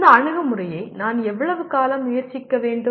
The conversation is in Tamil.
இந்த அணுகுமுறையை நான் எவ்வளவு காலம் முயற்சிக்க வேண்டும்